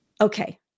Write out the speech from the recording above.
Okay